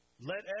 Let